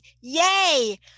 yay